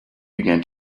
began